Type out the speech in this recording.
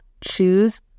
choose